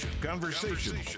conversation